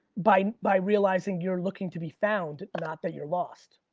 by by realizing you're looking to be found, not that you're lost.